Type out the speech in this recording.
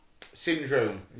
Syndrome